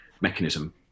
mechanism